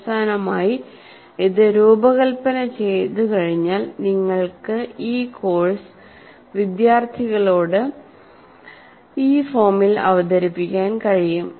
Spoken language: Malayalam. അവസാനമായി ഇത് രൂപകൽപ്പന ചെയ്തുകഴിഞ്ഞാൽ നിങ്ങൾക്ക് ഈ കോഴ്സ് വിദ്യാർത്ഥികളോട് ഈ ഫോമിൽ അവതരിപ്പിക്കാൻ കഴിയും